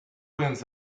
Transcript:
winds